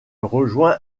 rejoint